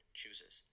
chooses